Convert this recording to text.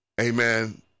Amen